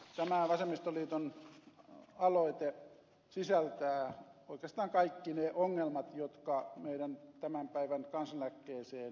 tämä vasemmistoliiton aloite sisältää oikeastaan kaikki ne ongelmat jotka meillä tämän päivän kansaneläkkeeseen sisältyvät